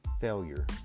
failure